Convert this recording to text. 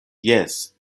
jes